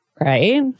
Right